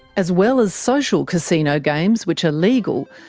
as well as social casino games, which are legal,